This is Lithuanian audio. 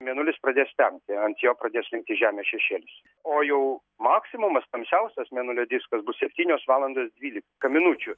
mėnulis pradės temti ant jo pradės slinkti žemės šešėlis o jau maksimumas tamsiausias mėnulio diskas bus septynios valandos dvylika minučių